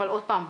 אבל עוד פעם,